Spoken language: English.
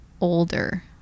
older